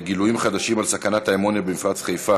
גילויים חדשים על סכנת האמוניה במפרץ חיפה